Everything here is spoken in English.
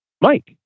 Mike